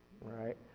right